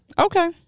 Okay